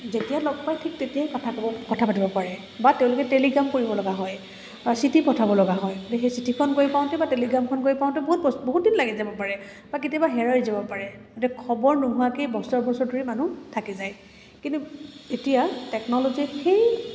যেতিয়া লগ পাই ঠিক তেতিয়াই কথা পাতিব পাৰে বা তেওঁলোক টেলিগ্ৰাম কৰিব লগা হয় বা চিঠি পঠাব লগা হয় সেই চিঠিখন গৈ পাওঁতে বা টেলিগ্ৰামখন গৈ পাওঁতে বহুত বহুতদিন লাগি যাব পাৰে বা কেতিয়াবা হেৰাই যাব পাৰে খবৰ নোহোৱাকেই বছৰ বছৰ ধৰি মানুহ থাকি যায় কিন্তু এতিয়া টেকন'লজি সেই